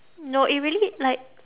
no it really like